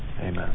amen